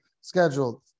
Scheduled